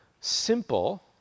simple